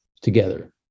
together